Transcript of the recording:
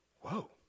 whoa